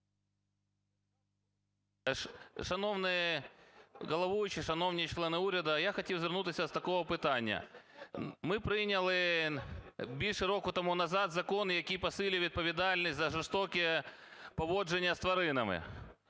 Шановний головуючий, шановні члени уряду! Я хотів звернутися з такого питання. Ми прийняли, більше року тому назад, закон, який посилює відповідальність за жорстоке поводження з тваринами.